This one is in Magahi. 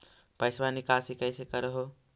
पैसवा निकासी कैसे कर हो?